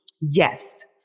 Yes